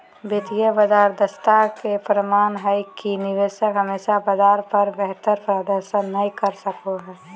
वित्तीय बाजार दक्षता के प्रमाण हय कि निवेशक हमेशा बाजार पर बेहतर प्रदर्शन नय कर सको हय